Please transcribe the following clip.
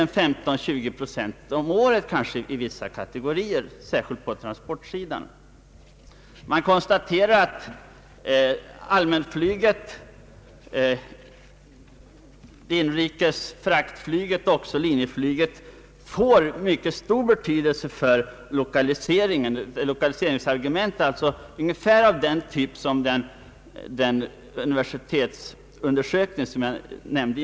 Nämnden har utgått från att allmänflyget, det inrikes fraktflyget och även linjeflyget får en mycket stor betydelse som lokaliseringsargument. Nämndens synpunkter ligger nära resultaten av den universitetsundersökning som jag nyss nämnde.